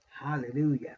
Hallelujah